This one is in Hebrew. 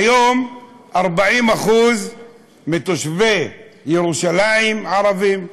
היום 40% מתושבי ירושלים ערבים.